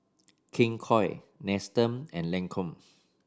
King Koil Nestum and Lancome